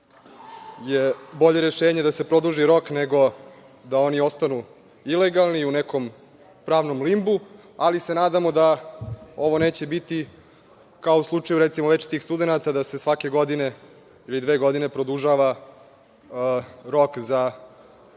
je bolje rešenje da se produži rok, nego da oni ostanu samo ilegalni i u nekom pravnom limbu, ali se nadamo da ovo neće biti kao u slučaju, recimo, večitih studenata da se svake godine, ili dve godine, produžava rok za